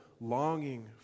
Longing